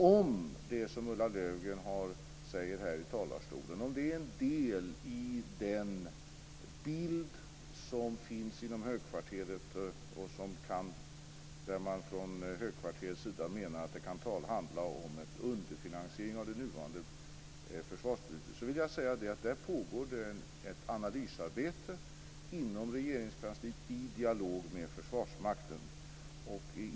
Om det som Ulla Löfgren säger här i talarstolen är en del av den bild som finns inom högkvarteret, och man från högkvarterets sida menar att det kan handla om ett underfinansierande av det nuvarande försvarsbeslutet, vill jag säga att det pågår ett analysarbete inom Regeringskansliet i dialog med Försvarsmakten.